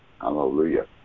Hallelujah